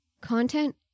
content